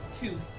Two